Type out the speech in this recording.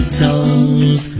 toes